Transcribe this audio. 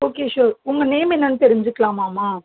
okay sure உங்கள் name என்னன்னு தெரிஞ்சுக்கலாமாம்மா